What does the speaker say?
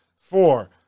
Four